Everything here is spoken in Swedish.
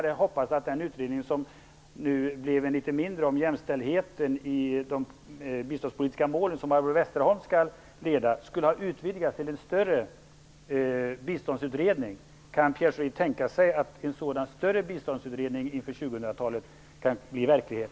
Det har nu blivit fråga om en litet mindre utredning om jämställdheten i de biståndspolitiska målen, en utredning som skall ledas av Barbro Westerholm. Jag hade hoppats att denna skulle utvidgas till en större biståndsutredning. Kan Pierre Schori tänka sig att en sådan större biståndsutredning inför 2000-talet kan bli verklighet?